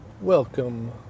Welcome